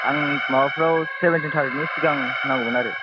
आं माबाफ्राव सेबेन्टिन तारिखनि सिगाङाव नांगौमोन आरो